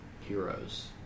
heroes